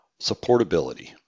Supportability